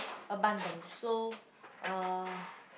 abundance so uh